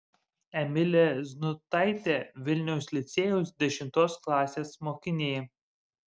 emilė znutaitė vilniaus licėjaus dešimtos klasės mokinė